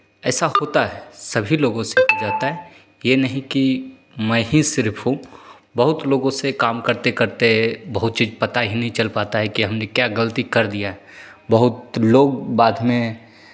ऐसा होता है सभी लोगों से हो जाता है ये नहीं कि मैं ही सिर्फ हूँ बहुत लोगों से काम करते करते बहुत चीज़ पता ही नहीं चल पाता है कि हमने क्या गलती कर दिया है बहुत लोग बाद में